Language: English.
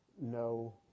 no